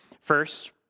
First